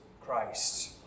Christ